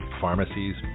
pharmacies